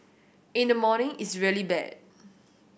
in the morning it's really bad